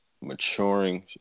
maturing